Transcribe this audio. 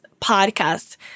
podcast